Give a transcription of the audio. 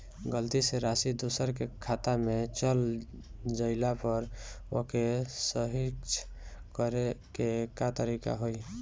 गलती से राशि दूसर के खाता में चल जइला पर ओके सहीक्ष करे के का तरीका होई?